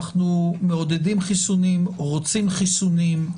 אנחנו אנו מעודדים חיסונים, רוצים חיסונים,